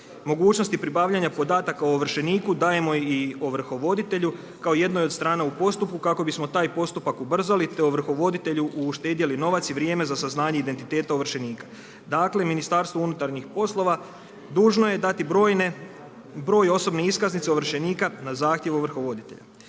mogućnosti pribavljanja podataka o ovršeniku dajemo i ovrhovoditelju kao jednoj od strana u postupku, kako bismo taj postupak ubrzali, te ovrhovoditelju uštedjeli novac i vrijeme za saznanje identiteta ovršenika. Dakle, Ministarstvo unutarnjih poslova dužno je dati broj osobne iskaznice ovršenika na zahtjev ovrhovoditelja.